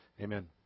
Amen